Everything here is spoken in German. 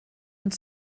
und